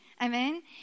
Amen